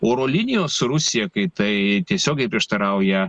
oro linijos su rusija kai tai tiesiogiai prieštarauja